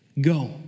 go